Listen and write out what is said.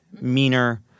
meaner